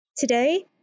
Today